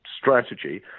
strategy